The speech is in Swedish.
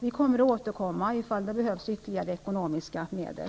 Vi kommer att återkomma om det behövs ytterligare ekonomiska medel.